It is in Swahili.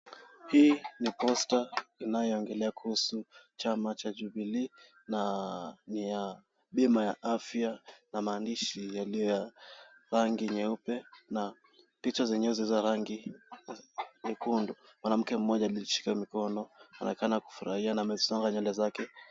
Hii ni posta inayoongelea kuhusu chama cha jubilee na ni ya bima ya afya na ni ya maandishi yaliyoandikwa na rangi nyeupe na picha zenyewe zarangi nyekundu. Mwanamke mmoja aliyejishika mikono anaonekana kufurahia na amesonga nywele zake.